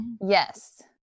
Yes